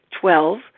Twelve